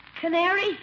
Canary